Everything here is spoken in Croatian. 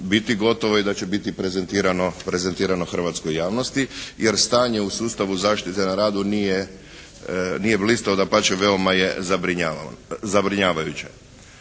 biti gotovo i da će biti prezentirano hrvatskoj javnosti, jer stanje u sustavu zaštite na radu nije blistavo, dapače veoma je zabrinjavajuće.